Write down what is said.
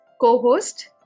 co-host